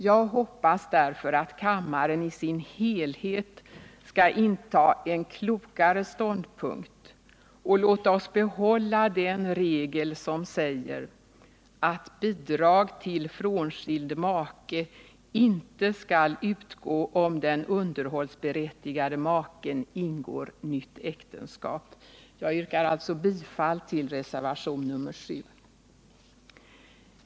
Jag hoppas därför att kammaren i sin helhet skall inta en klokare ståndpunkt och låta oss behålla den regel som säger att bidrag till frånskild make inte skall utgå, om den underhållsberättigade maken ingår nytt äktenskap. Jag yrkar alltså bifall till reservationen 7.